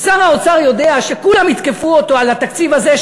שר האוצר יודע שכולם יתקפו אותו על התקציב הזה,